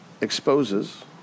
exposes